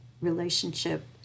relationship